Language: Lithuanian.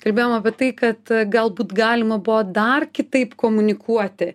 kalbėjom apie tai kad galbūt galima buvo dar kitaip komunikuoti